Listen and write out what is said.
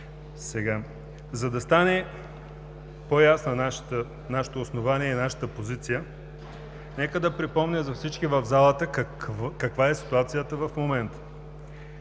дете. За да стане по-ясно – нашето основание и нашата позиция, нека да припомня за всички в залата каква е ситуацията в момента.